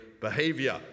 behaviour